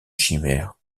chimère